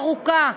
ארוכה,